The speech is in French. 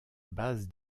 base